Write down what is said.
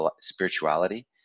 spirituality